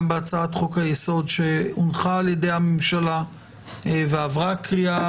גם בהצעת חוק היסוד שהונחה ע"י הממשלה ועברה קריאה